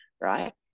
right